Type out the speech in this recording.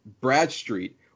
Bradstreet